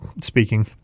speaking